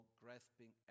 grasping